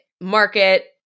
market